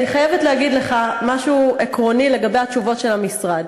אני חייבת להגיד לך משהו עקרוני לגבי התשובות של המשרד.